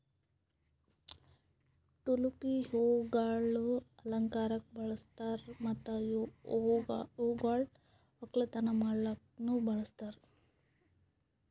tulip ಹೂವುಗೊಳ್ ಅಲಂಕಾರಕ್ ಬಳಸ್ತಾರ್ ಮತ್ತ ಇವು ಹೂಗೊಳ್ ಒಕ್ಕಲತನ ಮಾಡ್ಲುಕನು ಬಳಸ್ತಾರ್